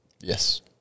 Yes